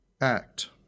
act